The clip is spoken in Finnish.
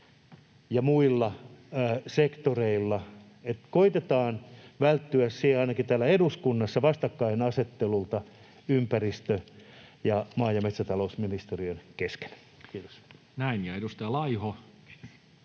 ja muilla sektoreilla. Koetetaan välttyä ainakin täällä eduskunnassa vastakkainasettelulta ympäristö‑ ja maa‑ ja metsätalousministeriön kesken. — Kiitos. [Speech